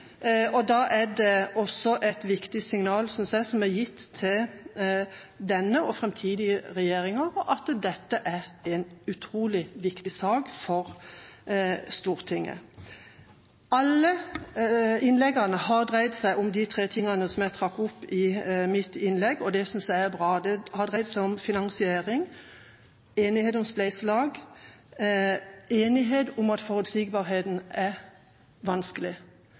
Og da er det et viktig signal som er gitt, synes jeg, til denne regjeringa og til framtidige regjeringer om at dette er en utrolig viktig sak for Stortinget. Alle innleggene har dreid seg om de tre tingene som jeg trakk opp i mitt innlegg, og det synes jeg er bra. Det har dreid seg om finansiering, enighet om spleiselag og enighet om at forutsigbarheten er vanskelig.